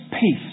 peace